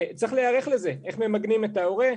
צריך להיערך לזה איך ממגנים את ההורה,